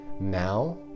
Now